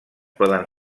poden